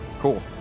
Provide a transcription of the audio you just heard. cool